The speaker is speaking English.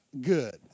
good